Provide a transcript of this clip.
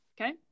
Okay